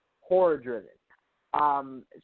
horror-driven